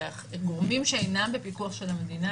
גורמים שאינם בפיקוח של המדינה,